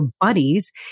buddies